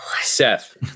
Seth